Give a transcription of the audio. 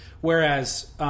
Whereas